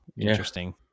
interesting